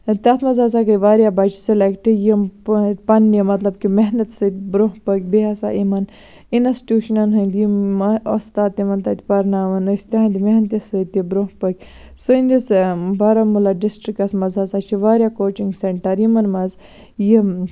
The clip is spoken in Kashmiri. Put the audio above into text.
تَتھ مَنٛز ہَسا گٔے واریاہ بَچہِ سِلیٚکٹ یِم پَننہِ مَطلَب کہِ محنَت سۭتۍ برونٛہہ پٔکۍ بیٚیہِ ہَسا یِمَن اِنَسٹیوشنَن ہٕنٛدۍ یِم استاد تِمَن تَتہِ پَرناوان ٲسۍ تٕہٕنٛدِ محنتہِ سۭتۍ تہِ برونٛہہ پٔکۍ سٲنِس بارہمُلا ڈِسٹرکَس مَنٛز ہَسا چھِ واریاہ کوچِنٛگ سیٚنٹَر یِمَن مَنٛز یِم